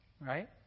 right